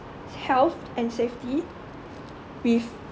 health and safety with